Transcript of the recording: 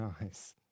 nice